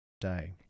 day